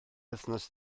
wythnos